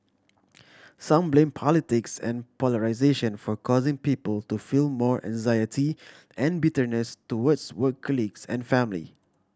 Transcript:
some blame politics and polarisation for causing people to feel more anxiety and bitterness towards work colleagues and family